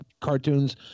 cartoons